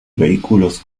vehículos